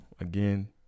again